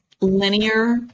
linear